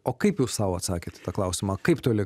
o kaip jūs sau atsakė į klausimą kaip toli